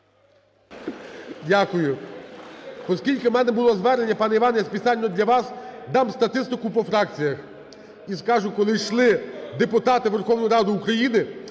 Дякую. Оскільки до мене було звернення, пане Іване, я спеціально для вас дам статистику по фракціях і скажу, коли йшли депутати у Верховну Раду України,